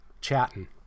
chatting